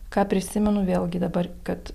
ką prisimenu vėlgi dabar kad